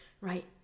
right